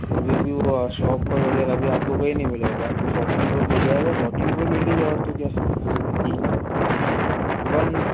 तो अभी अभी वो शॉप पर वगैरह आपको अभी कहीं नहीं मिलेगा अभी आपको फोर्टीन प्रो मिल जाएगा फोर्टीन प्रो ले लीजिए और तो क्या है वन